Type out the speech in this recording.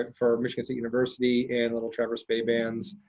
and for michigan state university and little traverse bay bands.